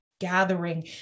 gathering